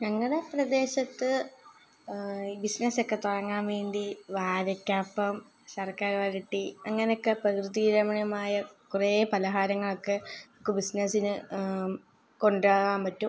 ഞങ്ങളുടെ പ്രദേശത്ത് ബിസിനസ്സൊക്കെ തുടങ്ങാൻ വേണ്ടി വാഴയ്ക്ക അപ്പം ശർക്കര വരട്ടി അങ്ങനെ ഒക്കെ പ്രകൃതി രമണീയമായ കുറേ പലഹാരങ്ങളൊക്കെ എനിക്ക് ബിസിനസ്സിന് കൊണ്ടുവരാൻ പറ്റും